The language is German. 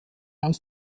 aus